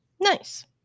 Nice